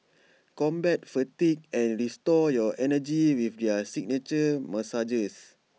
combat fatigue and restore your energy with their signature massages